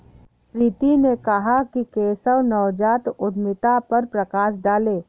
प्रीति ने कहा कि केशव नवजात उद्यमिता पर प्रकाश डालें